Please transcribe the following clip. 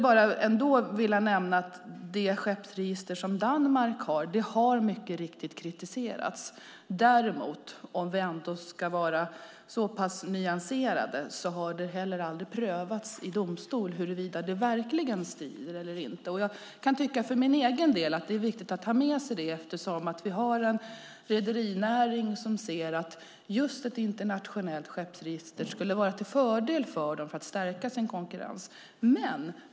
Jag vill bara nämna att det skeppsregister som Danmark har mycket riktigt har kritiserats. Däremot, om vi ändå ska vara så pass nyanserade, har det aldrig prövats i domstol huruvida det verkligen styr eller inte. För min egen del tycker jag att det är viktigt att ha med sig det, eftersom vi har en rederinäring som ser att just ett internationellt skeppsregister skulle vara till fördel för dem för att stärka sin konkurrens.